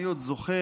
אני עוד זוכר,